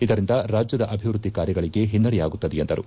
ಇದರಿಂದ ರಾಜ್ಯದ ಅಭಿವೃದ್ದಿ ಕಾರ್ಯಗಳಿಗೆ ಹಿನ್ನಡೆಯಾಗುತ್ತದೆ ಎಂದರು